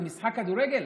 זה משחק כדורגל?